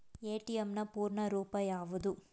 ATM ನ ಪೂರ್ಣ ರೂಪ ಯಾವುದು?